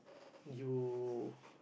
you